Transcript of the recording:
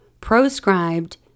proscribed